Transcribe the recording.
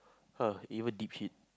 err even deep shit